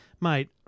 mate